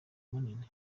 munini